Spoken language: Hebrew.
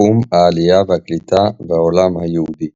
תחום העלייה והקליטה והעולם היהודי,